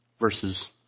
versus